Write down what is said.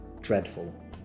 dreadful